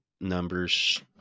numbers